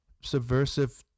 subversive